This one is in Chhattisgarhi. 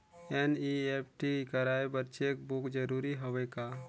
एन.ई.एफ.टी कराय बर चेक बुक जरूरी हवय का?